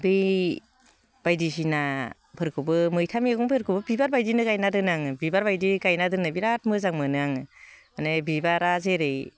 बै बायदिसिना फोरखौबो मैथा मैगंफोरखौ बिबार बायदिनो गायना दोनो आङो बिबार बायदि गायना दोननो बिराद मोजां मोनो आङो माने बिबारा जेरै